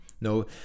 No